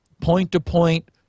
point-to-point